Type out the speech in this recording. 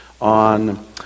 on